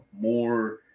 more